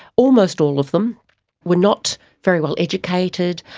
almost all of them were not very well educated.